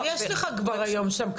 אבל יש לך כבר היום שם קטינים,